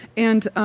and